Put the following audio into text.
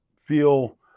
feel